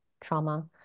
trauma